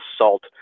assault